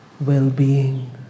well-being